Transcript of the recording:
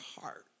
heart